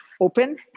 open